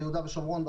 ביהודה ושומרון,